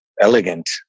elegant